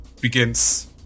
begins